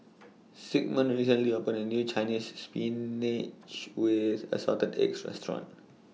Sigmund recently opened A New Chinese Spinach with Assorted Eggs Restaurant